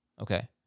Okay